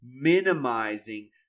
minimizing